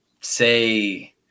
say